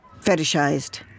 Fetishized